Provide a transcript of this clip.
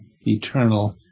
eternal